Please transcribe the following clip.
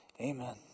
Amen